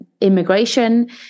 immigration